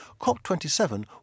COP27